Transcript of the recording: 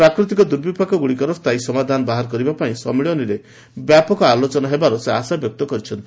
ପ୍ରାକୃତିକ ଦୁର୍ବିପାକଗୁଡ଼ିକର ସ୍ଥାୟୀ ସମାଧାନ ବାହାର କରିବାପାଇଁ ସମ୍ମିଳନୀରେ ବ୍ୟାପକ ଆଲୋଚନା ହେବାର ସେ ଆଶାବ୍ୟକ୍ତ କରିଛନ୍ତି